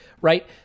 Right